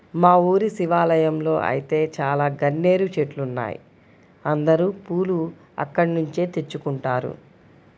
మా ఊరి శివాలయంలో ఐతే చాలా గన్నేరు చెట్లున్నాయ్, అందరూ పూలు అక్కడ్నుంచే తెచ్చుకుంటారు